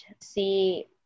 see